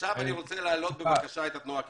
עכשיו אני מבקש להעלות את התנועה הקיבוצית.